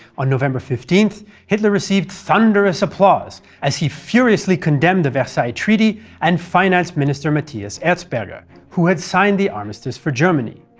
on november fifteen, hitler received thunderous applause, as he furiously condemned the versailles treaty and finance minister matthias erzberger, who had signed the armistice for germany.